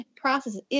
processes